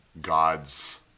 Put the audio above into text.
God's